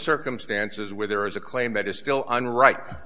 circumstances where there is a claim that is still on right